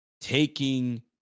Taking